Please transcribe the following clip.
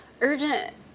urgent